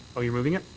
oh, you're moving it?